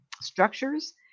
structures